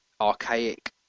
archaic